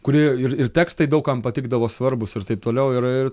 kuri ir ir tekstai daug kam patikdavo svarbūs ir taip toliau ir ir